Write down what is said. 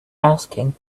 asking